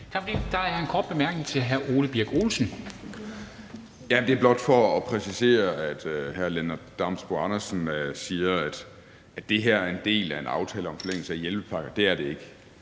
hr. Ole Birk Olesen. Kl. 13:41 Ole Birk Olesen (LA): Det er blot for at præcisere. Hr. Lennart Damsbo-Andersen siger, at det her er en del af en aftale om forlængelse af hjælpepakker. Det er det ikke.